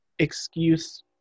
excuse